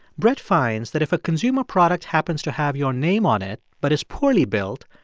brett finds that if a consumer product happens to have your name on it but is poorly built,